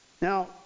Now